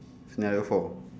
scenario four